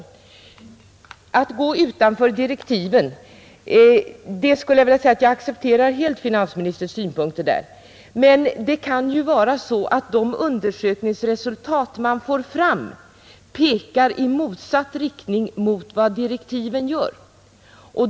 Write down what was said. Jag accepterar finansministerns synpunkter i fråga om att gå utanför direktiven. Men det kan ju vara så att de undersökningsresultat man får fram pekar i motsatt riktning mot direktiven.